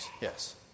yes